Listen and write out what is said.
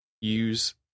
use